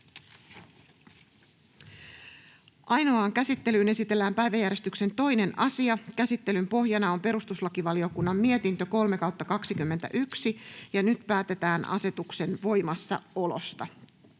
Ainoaan käsittelyyn esitellään päiväjärjestyksen 2. asia. Käsittelyn pohjana on perustuslakivaliokunnan mietintö PeVM 3/2021 vp. Nyt päätetään asetuksen voimassaolosta.